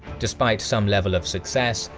despite some level of success,